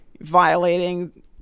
violating